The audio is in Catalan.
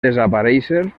desaparèixer